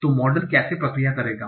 तो मॉडल कैसे प्रक्रिया करेगा